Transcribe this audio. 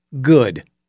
Good